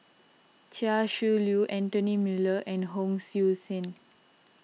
Chia Shi Lu Anthony Miller and Hon Sui Sen